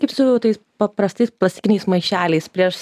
kaip su tais paprastais plastikiniais maišeliais prieš